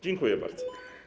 Dziękuję bardzo.